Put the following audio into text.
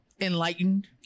Enlightened